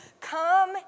Come